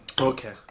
Okay